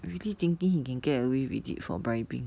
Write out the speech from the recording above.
he really thinking he can get away with it for bribing